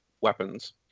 weapons